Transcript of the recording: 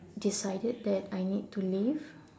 decided that I need to leave